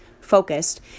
focused